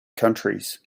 countries